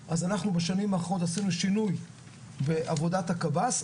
האחרונות עשינו שינוי בעבודת הקב"ס.